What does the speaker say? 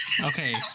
Okay